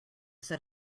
set